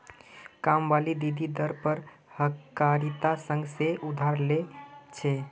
कामवाली दीदी दर पर सहकारिता संघ से उधार ले छे